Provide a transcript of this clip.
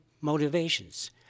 motivations